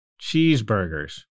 cheeseburgers